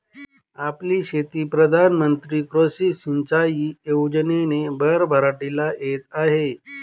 आपली शेती प्रधान मंत्री कृषी सिंचाई योजनेने भरभराटीला येत आहे